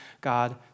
God